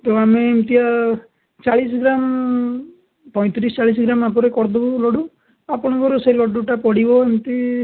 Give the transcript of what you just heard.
ତ ଆମେ ଏମିତିଆ ଚାଳିଶ ଗ୍ରାମ୍ ପଇଁତିରିଶ ଚାଳିଶ ଗ୍ରାମ୍ ମାପରେ କରିଦେବୁ ଲଡ଼ୁ ଆପଣଙ୍କର ସେ ଲଡ଼ୁଟା ପଡ଼ିବ ଏମିତି